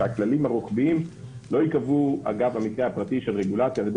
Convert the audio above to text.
שהכללים הרוחביים לא ייקבעו אגב המקרה הפרטי של רגולציה על ידי